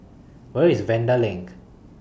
Where IS Vanda LINK